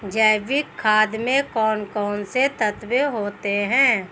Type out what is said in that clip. जैविक खाद में कौन कौन से तत्व होते हैं?